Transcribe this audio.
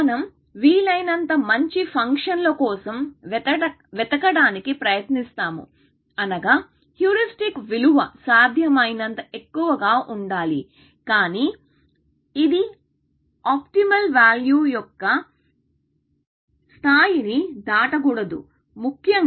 మనం వీలైనంత మంచి ఫంక్షన్ల కోసం వెతకడానికి ప్రయత్నిస్తాము అనగా హ్యూరిస్టిక్ విలువ సాధ్యమైనంత ఎక్కువగా ఉండాలి కానీ ఇది ఆప్టిమల్ వేల్యూ యొక్క స్థాయిని దాటకూడదు ముఖ్యంగా